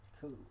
cool